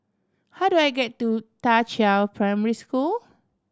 how do I get to Da Qiao Primary School